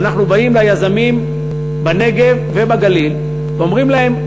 שאנחנו באים ליזמים בנגב ובגליל ואומרים להם: